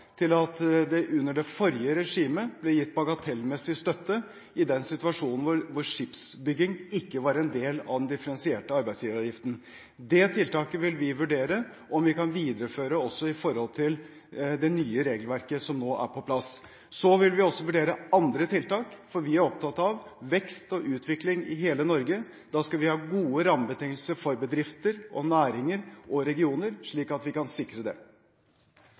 til at det under det forrige regimet ble gitt bagatellmessig støtte i den situasjonen hvor skipsbygging ikke var en del av den differensierte arbeidsgiveravgiften. Det tiltaket vil vi vurdere om vi kan videreføre også når det gjelder det nye regelverket som nå er på plass. Vi vil også vurdere andre tiltak, for vi er opptatt av vekst og utvikling i hele Norge. Da skal vi ha gode rammebetingelser for bedrifter, næringer og regioner, slik at vi kan sikre